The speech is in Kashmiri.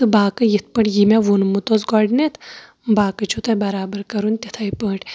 تہٕ باقٕے یتھ پٲٹھۍ یہٕ مےٚ وونمُت اوس گۄڈٕنیٚتھ باقٕے چھُو تۄہہِ بَرابر کَرُن تِتھٕے پٲٹھۍ